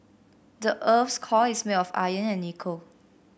the earth's core is made of iron and nickel